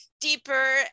deeper